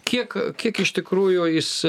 kiek kiek iš tikrųjų jis